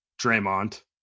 Draymond